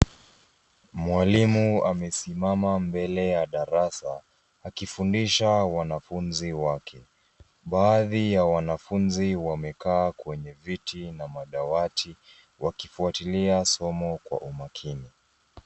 Mwalimu amesimama mbele ya darasa, akifundisha wanafunzi wake. Baadhi ya wanafunzi wamekaa kwenye viti na madawati wakifuatilia somo kwa umakini.